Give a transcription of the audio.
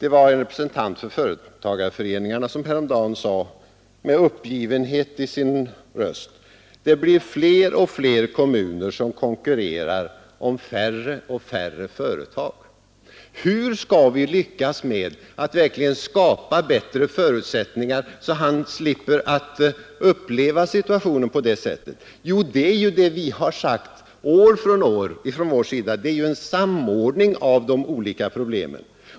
En representant för företagarföreningarna sade häromdagen med uppgivenhet i sin röst: Det blir fler och fler kommuner som konkurrerar om färre och färre företag. Hur skall vi lyckas skapa bättre förutsättningar, så att han slipper uppleva situationen på det sättet? Jo, som vi har sagt år från år måste det ske en samordning av de olika åtgärderna.